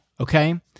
okay